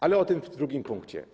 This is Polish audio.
Ale o tym w drugim punkcie.